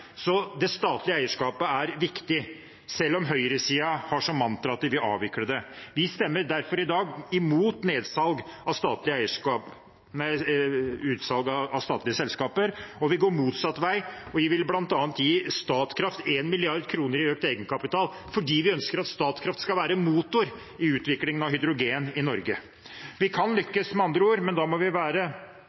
Det statlige eierskapet er viktig, selv om høyresiden har som mantra at de vil avvikle det. Vi stemmer derfor i dag imot utsalg av statlige selskaper. Vi går motsatt vei. Vi vil bl.a. gi Statkraft 1 mrd. kr i økt egenkapital fordi vi ønsker at Statkraft skal være en motor i utviklingen av hydrogen i Norge. Vi kan lykkes, med andre ord, men da må vi være